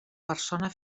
persona